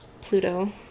pluto